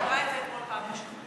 היא אמרה את זה אתמול פעם ראשונה.